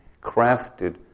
crafted